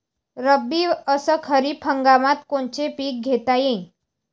रब्बी अस खरीप हंगामात कोनचे पिकं घेता येईन?